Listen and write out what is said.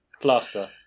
plaster